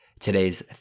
today's